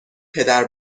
پدر